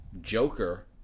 Joker